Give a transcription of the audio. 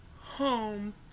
home